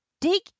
dig